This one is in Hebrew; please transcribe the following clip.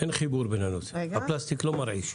אין חיבור בין הנושאים, הפלסטיק לא מרעיש.